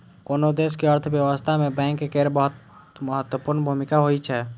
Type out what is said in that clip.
कोनो देशक अर्थव्यवस्था मे बैंक केर बहुत महत्वपूर्ण भूमिका होइ छै